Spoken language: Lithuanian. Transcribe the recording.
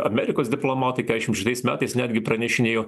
amerikos diplomatai keturiasdešimt šeštais metais netgi pranešinėjo